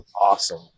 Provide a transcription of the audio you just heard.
awesome